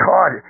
God